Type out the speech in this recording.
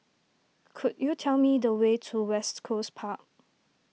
could you tell me the way to West Coast Park